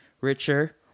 richer